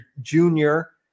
junior